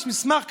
יש מסמך כתוב,